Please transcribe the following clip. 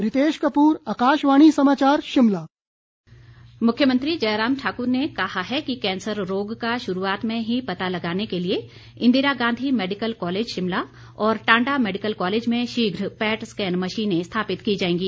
प्रश्नकाल मुख्यमंत्री जयराम ठाकुर ने कहा है कि कैंसर रोग का शुरूआत में ही पता लगाने के लिए इंदिरा गांधी मैडिकल कॉलेज शिमला और टांडा मैडिकल कॉलेज में शीघ्र पैट स्कैन मशीनें स्थापित की जाएंगी